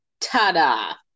Ta-da